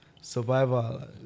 survival